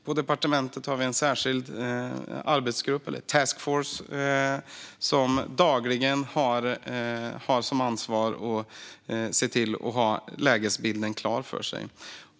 På departementet har vi en särskild arbetsgrupp, task force, som har ansvar för att dagligen se till att ha lägesbilden klar för sig.